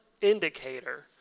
indicator